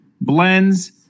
blends